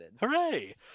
Hooray